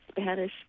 Spanish